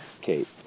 Kate